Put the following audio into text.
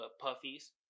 Puffy's